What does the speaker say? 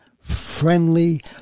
friendly